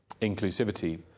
inclusivity